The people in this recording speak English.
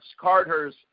Carter's